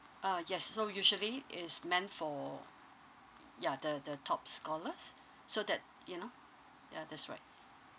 ah yes so usually is meant for y~ ya the the top scholars so that you know ya that's right